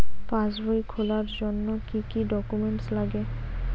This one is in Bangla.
পাসবই খোলার জন্য কি কি ডকুমেন্টস লাগে?